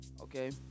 okay